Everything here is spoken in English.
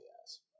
yes